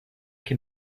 can